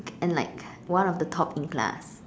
and like one of the top in class